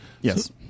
Yes